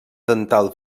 dental